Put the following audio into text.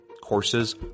Courses